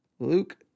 Luke